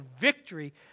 victory